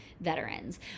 veterans